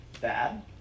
bad